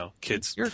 Kids